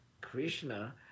Krishna